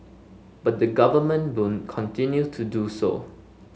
but the Government will continue to do so